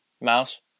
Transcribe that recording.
Mouse